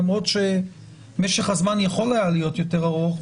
למרות שמשך הזמן יכול היה להיות יותר ארוך,